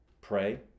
Pray